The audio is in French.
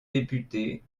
députés